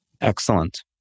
Excellent